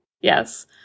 Yes